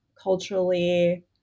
culturally